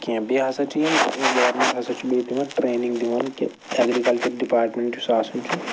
کینٛہہ بیٚیہِ ہَسا چھِ یِم بیٚیہِ تِمَن ٹرٛینِنٛگ دِوان کہِ ایٚگرِکَلچَر ڈِپارٹمٮ۪نٛٹ یُس آسَن چھُ